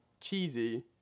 cheesy